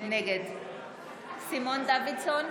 נגד סימון דוידסון,